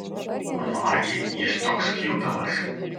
mano akiai jis toks kjutalas